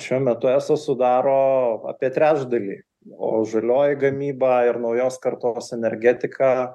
šiuo metu eso sudaro apie trečdalį o žalioji gamyba ir naujos kartos energetiką